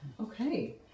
Okay